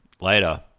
later